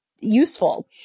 useful